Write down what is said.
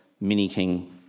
mini-king